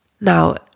Now